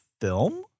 film